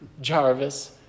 Jarvis